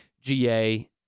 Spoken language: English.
GA